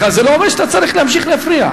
זה לא אומר שאתה צריך להמשיך להפריע.